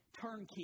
turnkey